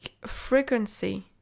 frequency